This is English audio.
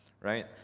right